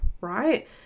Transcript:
right